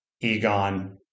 Egon